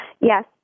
yes